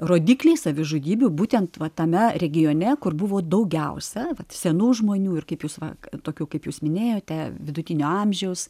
rodikliai savižudybių būtent va tame regione kur buvo daugiausiai senų žmonių ir kaip jūs va tokių kaip jūs minėjote vidutinio amžiaus